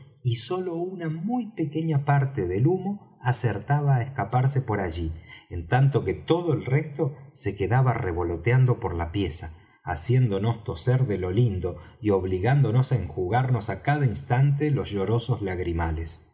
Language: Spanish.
y sólo una muy pequeña parte del humo acertaba á escaparse por allí en tanto que todo el resto se quedaba revoloteando por la pieza haciéndonos toser de lo lindo y obligándonos á enjugarnos á cada instante los llorosos lagrimales